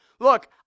Look